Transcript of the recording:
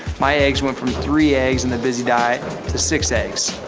my eggs went from three eggs in the bizzy diet to six eggs.